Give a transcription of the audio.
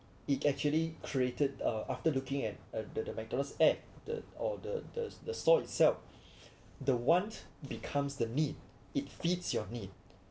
it actually created uh after looking at the McDonald's ad the or the the the store itself the want becomes the need it fits your need